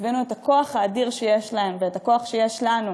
יבינו את הכוח האדיר שיש להם ואת הכוח שיש לנו,